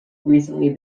recently